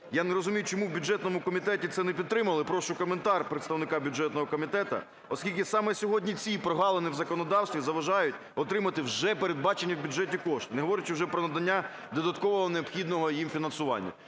я не розумію, чому в бюджетному комітеті це не підтримали, прошу коментар представника бюджетного комітету, оскільки саме сьогодні ці прогалини в законодавстві заважають отримати вже передбачені в бюджеті кошти, не говорячи вже про надання додаткового необхідного їм фінансування.